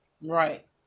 Right